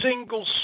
single